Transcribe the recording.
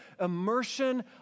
immersion